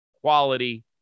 quality